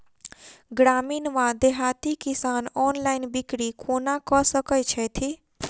ग्रामीण वा देहाती किसान ऑनलाइन बिक्री कोना कऽ सकै छैथि?